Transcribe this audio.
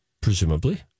presumably